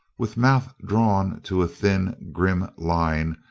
with mouth drawn to a thin, grim line,